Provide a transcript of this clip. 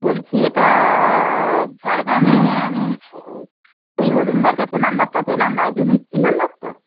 বলছি এটা ঝাড়গ্রামের আমি ওই অরুনদার কাছে নাম্বারটা পেলাম রাজমিস্ত্রির নাম্বার তো